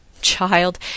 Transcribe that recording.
Child